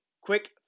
quick